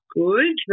good